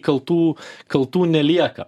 kaltų kaltų nelieka